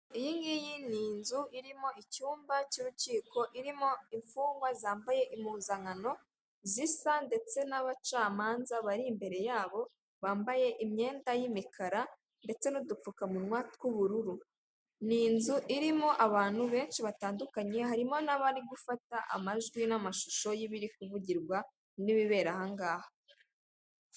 Iyi ngiyi ni inzu irimo icyumba cy'urukiko, irimo imfungwa zambaye impuzankano zisa ndetse n'abacamanza bari imbere yabo bambaye imyenda y'imikara ndetse n'udupfukamunwa tw'ubururu, ni inzu irimo abantu benshi batandukanye, harimo n'abari gufata amajwi n'amashusho y'ibiri kuvugirwa n'ibibera aha ngaha.